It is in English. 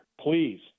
Please